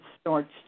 starts